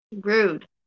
Rude